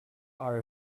are